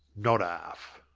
not arf.